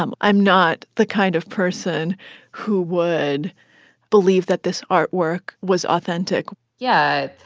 i'm i'm not the kind of person who would believe that this artwork was authentic yeah.